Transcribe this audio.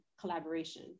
collaboration